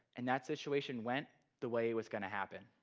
and that situation went the way it was going to happen.